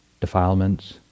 defilements